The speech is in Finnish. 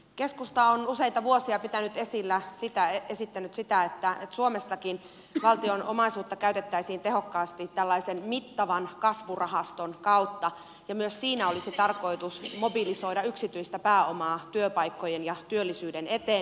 keskusta on useita vuosia esittänyt sitä että suomessakin valtion omaisuutta käytettäisiin tehokkaasti tällaisen mittavan kasvurahaston kautta ja myös siinä olisi tarkoitus mobilisoida yksityistä pääomaa työpaikkojen ja työllisyyden eteen